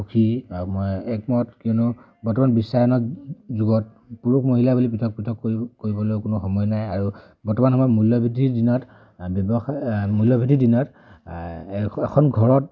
সুখী মই একমত কিয়নো বৰ্তমান বিশ্বায়নৰ যুগত পুৰুষ মহিলা বুলি পৃথক পৃথক কৰিবলৈ কোনো সময় নাই আৰু বৰ্তমান সময়ত মূল্যবৃদ্ধিৰ দিনত ব্যৱসায় মূল্যবৃদ্ধিৰ দিনত এখন ঘৰত